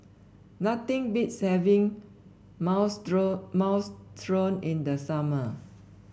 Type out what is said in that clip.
nothing beats having Minestrone Minestrone in the summer